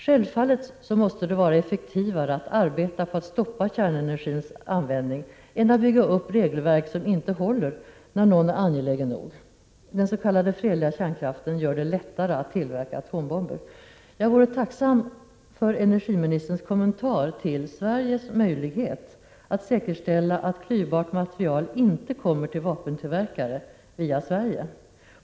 Självfallet måste det vara effektivare att arbeta på att stoppa kärnenergins användning än att bygga upp regelverk som inte håller när någon är angelägen nog. Den s.k. fredliga kärnkraften gör det lättare att tillverka atombomber. Jag vore tacksam för en kommentar från energiministern om Sveriges möjlighet att säkerställa att klyvbart material inte kommer till vapentillverkare via Sverige.